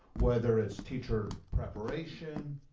whether it's teacher preparation,